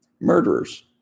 Murderers